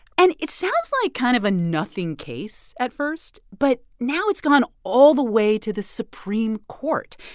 and it sounds like kind of a nothing case at first, but now it's gone all the way to the supreme court.